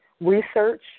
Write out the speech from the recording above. Research